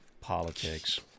Politics